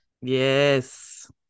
Yes